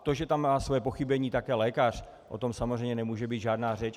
To, že tam má své pochybení také lékař, o tom samozřejmě nemůže být žádná řeč.